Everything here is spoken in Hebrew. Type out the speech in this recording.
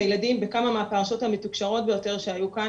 והילדים בכמה מהפרשות המתוקשרות שהיו כאן,